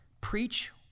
Preach